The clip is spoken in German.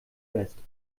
west